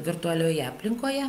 virtualioje aplinkoje